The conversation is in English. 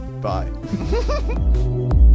Bye